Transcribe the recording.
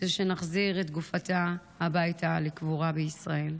שנחזיר את גופתה הביתה לקבורה בישראל.